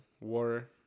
war